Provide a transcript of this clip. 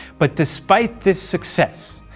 but despite this success,